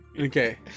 Okay